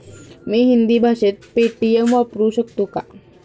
मी हिंदी भाषेत पेटीएम वापरू शकतो का?